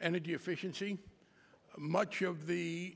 energy efficiency much of the